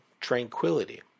tranquility